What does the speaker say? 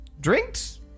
Drinks